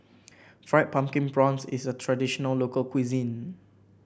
Fried Pumpkin Prawns is a traditional local cuisine